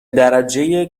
درجه